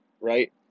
right